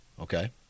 Okay